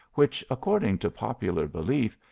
which, according to popular belief,